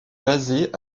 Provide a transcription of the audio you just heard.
basée